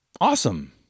awesome